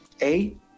Eight